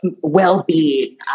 Well-being